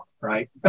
Right